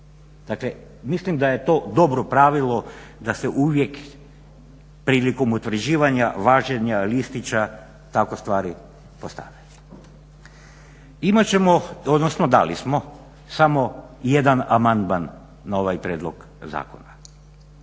mislim da je to dobro pravilo da se uvijek prilikom utvrđivanja važenja listića tako stvari postave. Imat ćemo, odnosno dali smo samo jedan amandman na ovaj prijedlog zakona.